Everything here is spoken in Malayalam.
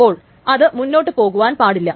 അപ്പോൾ അത് മുന്നോട്ടു പോകുവാൻ പാടില്ല